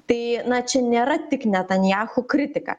tai na čia nėra tik netanjachu kritika